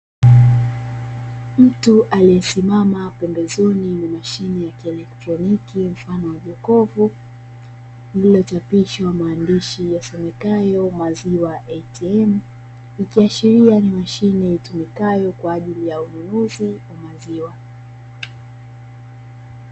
Mtu aliyesimama pembezoni mwa mashine ya kieletroniki mfano wa jokofu lililochapishwa maandishi yasomekayo, "Maziwa ATM", ikiashiria ni mashine itumikayo kwa ajili ya ununuzi wa maziwa.